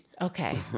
Okay